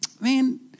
man